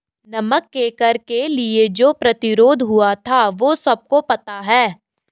नमक के कर के लिए जो प्रतिरोध हुआ था वो सबको पता है